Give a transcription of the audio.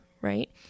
right